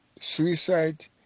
suicide